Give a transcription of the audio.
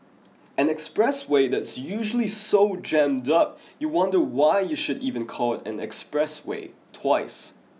an expressway that is usually so jammed up you wonder why you should even call it an expressway twice